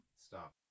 stop